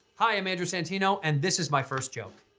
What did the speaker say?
hi i'm andrew santino and this is my first joke.